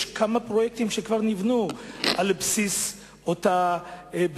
ויש כמה פרויקטים שכבר נבנו על בסיס אותה תוכנית,